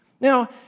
Now